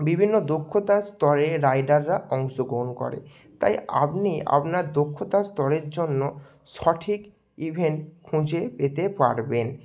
বিভিন্ন দক্ষতার স্তরের রাইডাররা অংশগ্রহণ করে তাই আপনি আপনার দক্ষতার স্তরের জন্য সঠিক ইভেন্ট খুঁজে পেতে পারবেন